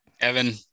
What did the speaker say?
Evan